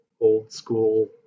old-school